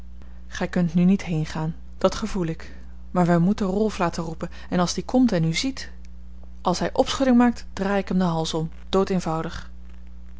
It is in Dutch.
gij kunt nu niet heengaan dat gevoel ik maar wij moeten rolf laten roepen en als die komt en u ziet als hij opschudding maakt draai ik hem den hals om